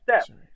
step